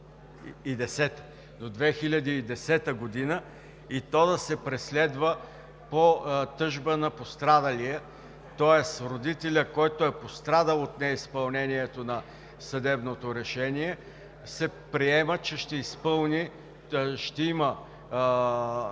до 2010 г. – то да се преследва по тъжба на пострадалия. Тоест родителят, който е пострадал от неизпълнението на съдебното решение, се приема, че ще има енергията, ще има